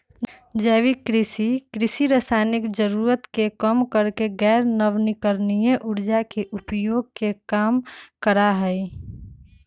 जैविक कृषि, कृषि रासायनिक जरूरत के कम करके गैर नवीकरणीय ऊर्जा के उपयोग के कम करा हई